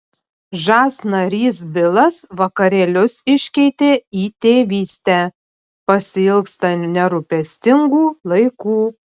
žas narys bilas vakarėlius iškeitė į tėvystę pasiilgsta nerūpestingų laikų